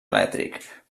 elèctric